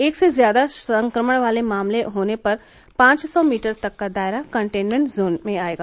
एक से ज्यादा संक्रमण के मामले होने पर पांच सौ मीटर तक का दायरा कंटेनमेन्ट जोन में आएगा